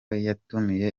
yatumiye